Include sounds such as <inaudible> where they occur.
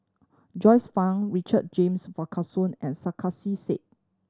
Joyce Fan Richard James <unintelligible> and Sarkasi Said